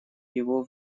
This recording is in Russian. его